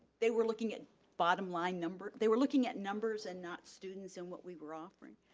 they were looking at bottom line numbers, they were looking at numbers and not students and what we were offering.